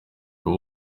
uyu